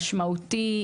הוא משמעותי,